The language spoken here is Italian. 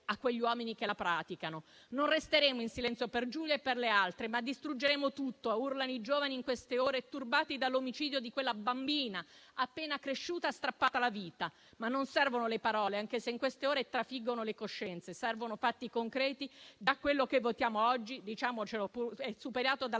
a quegli uomini che la praticano. Non resteremo in silenzio per Giulia e per le altre, ma distruggeremo tutto: urlano i giovani in queste ore, turbati dall'omicidio di quella bambina, appena cresciuta, strappata alla vita. Non servono però le parole, anche se in queste ore trafiggono le coscienze. Servono fatti concreti; già quello che votiamo oggi - diciamocelo - è superato dalla